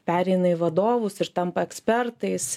pereina į vadovus ir tampa ekspertais